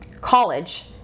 college